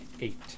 Eight